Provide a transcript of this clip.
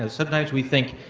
ah sometimes we think,